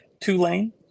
Tulane